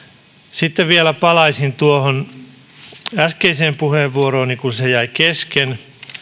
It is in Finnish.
sitten vielä palaisin äskeiseen puheenvuorooni kun se jäi kesken